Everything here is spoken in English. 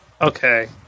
Okay